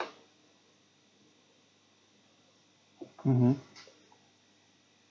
mmhmm